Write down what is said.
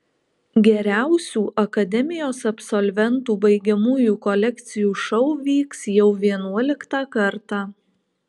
geriausių akademijos absolventų baigiamųjų kolekcijų šou vyks jau vienuoliktą kartą